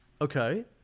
Okay